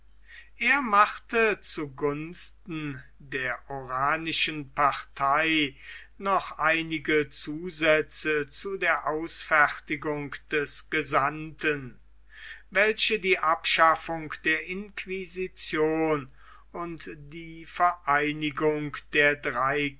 er machte zu gunsten der oranischen partei noch einige zusätze zu der ausfertigung des gesandten welche die abschaffung der inquisition und die vereinigung der drei